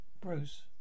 Bruce